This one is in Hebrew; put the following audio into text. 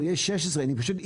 אבל יש 16. פשוט,